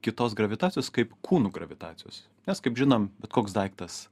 kitos gravitacijos kaip kūnų gravitacijos nes kaip žinom bet koks daiktas